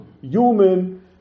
human